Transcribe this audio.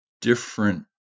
different